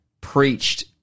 preached